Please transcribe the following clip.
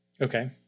Okay